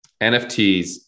NFTs